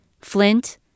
Flint